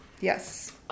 Yes